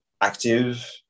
active